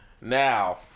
Now